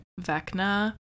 vecna